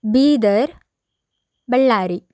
Bidar Ballari